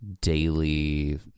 daily